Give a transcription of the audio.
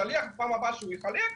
בפעם הבאה שהשליח יחלק דואר,